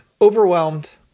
overwhelmed